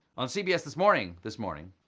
on cbs this morning, this morning,